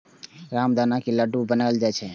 रामदाना के लड्डू बनाएल जाइ छै